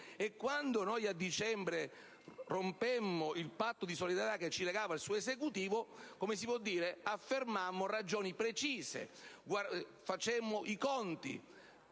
E quando a dicembre rompemmo il patto di solidarietà che ci legava al suo Esecutivo, affermammo ragioni precise, facemmo i conti,